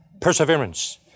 perseverance